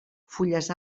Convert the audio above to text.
fulles